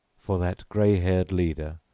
for that gray-haired leader,